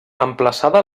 emplaçada